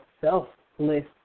selfless